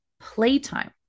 playtime